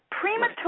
premature